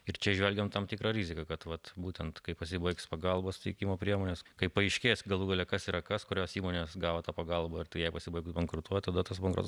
ir čia įžvelgiam tam tikrą riziką kad vat būtent kai pasibaigs pagalbos teikimo priemonės kai paaiškės galų gale kas yra kas kurios įmonės gautą pagalbą ir jai pasibaigus bankrutuoja tada tas bankrotas